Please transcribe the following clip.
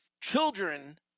children